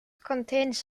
contains